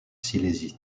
silésie